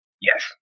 Yes